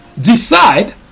decide